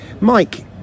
Mike